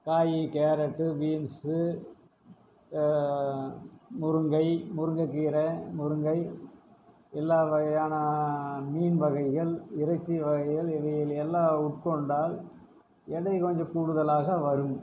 தக்காளி carrot beans முருங்கை முருங்கக்கீரை முருங்கை எல்லா வகையான மீன் வகைகள் இறைச்சி வகைகள் இது எல்லாம் உட்கொண்டால் இடை வந்து கூடுதலாக வரும்